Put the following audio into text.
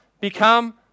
become